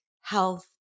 health